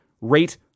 rate